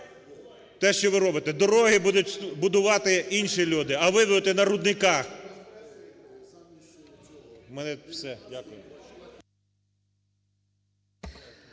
те, що ви робите. Дороги будуть будувати інші люди, а ви будете на рудниках. У мене все. Дякую.